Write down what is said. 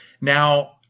Now